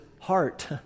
heart